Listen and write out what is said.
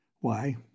Why